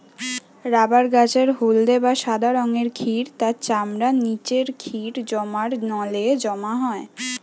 rubber গাছের হলদে বা সাদা রঙের ক্ষীর তার চামড়ার নিচে ক্ষীর জমার নলে জমা হয়